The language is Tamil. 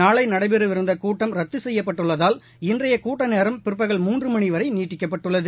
நாளை நடைபெறவிருந்த கூட்டம் ரத்து செய்யப்பட்டுள்ளதால் இன்றைய கூட்ட நேரம் பிற்பகல் மூன்று மணி வரை நீடிக்கப்பட்டுள்ளது